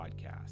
podcast